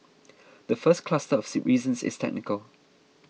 the first cluster of reasons is technical